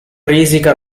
risica